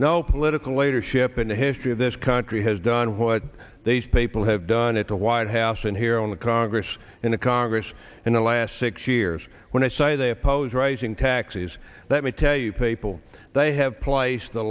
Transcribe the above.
no political leadership in the history of this country has done what these people have done at the white house and here on the congress in the congress in the last six years when i say they oppose raising taxes let me tell you people they have placed the